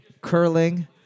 curling